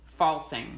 falsing